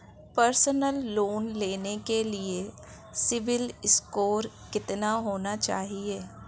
Personal loan लेने के लिए सिबिल स्कोर कितना होना चाहिए?